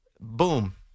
Boom